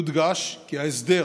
יודגש כי ההסדר